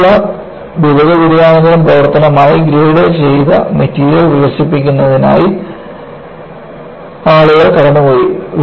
ഇതിൽ നിന്നുള്ള ബിരുദാനന്തരം പ്രവർത്തനപരമായി ഗ്രേഡുചെയ്ത മെറ്റീരിയൽ വികസിപ്പിക്കുന്നതിനായി ആളുകൾ കടന്നുപോയി